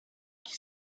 qui